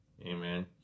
amen